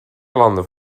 landen